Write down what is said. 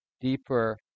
deeper